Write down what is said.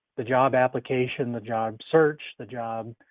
the job application, the job search, the job,